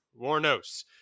Warnos